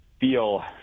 feel